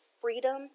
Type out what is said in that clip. freedom